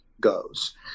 goes